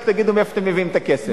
רק תגידו מאיפה אתם מביאים את הכסף.